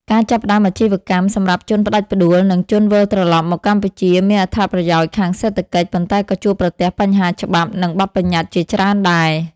ការចាប់ផ្តើមអាជីវកម្មសម្រាប់ជនផ្ដាច់ផ្ដួល និងជនវិលត្រឡប់មកកម្ពុជាមានអត្ថប្រយោជន៍ខាងសេដ្ឋកិច្ច ប៉ុន្តែក៏ជួបប្រទះបញ្ហាច្បាប់ និងបទប្បញ្ញត្តិជាច្រើនដែរ។